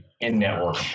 in-network